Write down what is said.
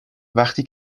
وقتی